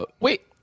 wait